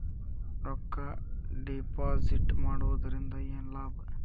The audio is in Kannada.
ರೊಕ್ಕ ಡಿಪಾಸಿಟ್ ಮಾಡುವುದರಿಂದ ಏನ್ ಲಾಭ?